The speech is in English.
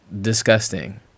disgusting